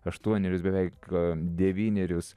aštuonerius beveik devynerius